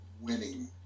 winning